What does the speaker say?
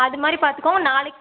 அது மாதிரி பார்த்துக்கோங்க நாளைக்கு